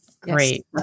Great